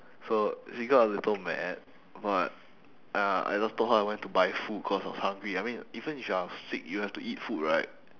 so she got a little mad but uh I just told her I went to buy food cause I was hungry I mean even if you're sick you have to eat food right